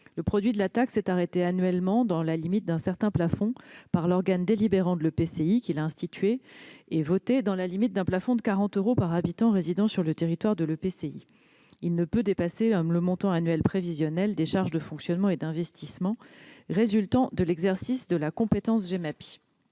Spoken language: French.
Le produit de la taxe est arrêté annuellement par l'organe délibérant de l'EPCI qui l'a instituée et votée, dans la limite d'un plafond de 40 euros par habitant résidant sur le territoire de l'EPCI. Il ne peut dépasser le montant annuel prévisionnel des charges de fonctionnement et d'investissement résultant de l'exercice de la compétence Gemapi.